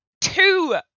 two